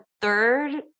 third